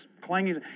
clanging